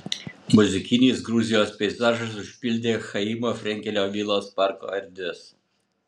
muzikinis gruzijos peizažas užpildė chaimo frenkelio vilos parko erdves